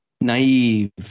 naive